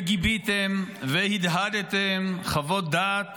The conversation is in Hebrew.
גיביתם והדהדתם חוות דעת